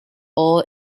all